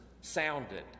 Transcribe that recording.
sounded